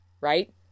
Right